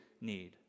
need